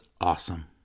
awesome